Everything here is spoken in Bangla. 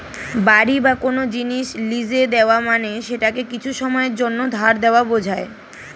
বাড়ি বা কোন জিনিস লীজে দেওয়া মানে সেটাকে কিছু সময়ের জন্যে ধার দেওয়া বোঝায়